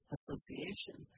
Association